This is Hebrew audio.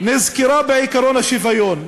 נזכרה בעקרון השוויון?